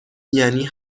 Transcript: یعنی